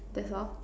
that's all